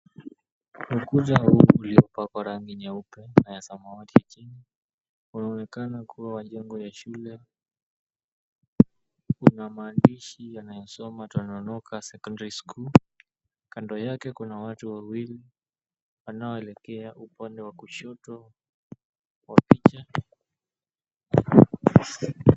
Ukuta huu ulio hapa kwa rangi nyeupe na yasoma watu chini. Unaonekana kuwa wajengo ya shule. Kuna maandishi yanayasoma Twanonoka Secondary School. Kando yake kuna watu wawili wanaoelekea upande wa kushoto wa picha.